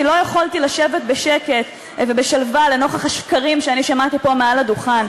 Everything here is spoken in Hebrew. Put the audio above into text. כי לא יכולתי לשבת בשקט ובשלווה לנוכח השקרים שאני שמעתי פה מהדוכן,